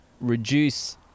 reduce